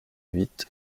huit